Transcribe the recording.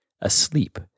asleep